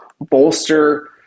bolster